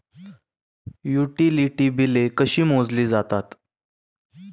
Utility बिले कशी मोजली जातात?